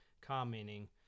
commenting